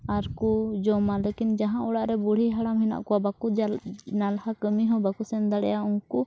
ᱟᱨ ᱠᱚ ᱡᱚᱢᱟ ᱞᱮᱠᱤᱱ ᱡᱟᱦᱟᱸ ᱚᱲᱟᱜ ᱨᱮ ᱵᱩᱲᱦᱤ ᱦᱟᱲᱟᱢ ᱦᱮᱱᱟᱜ ᱠᱚᱣᱟ ᱵᱟᱠᱚ ᱱᱟᱞᱦᱟ ᱠᱟᱹᱢᱤ ᱦᱚᱸ ᱵᱟᱠᱚ ᱥᱮᱱ ᱫᱟᱲᱮᱭᱟᱜᱼᱟ ᱩᱱᱠᱩ